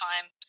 time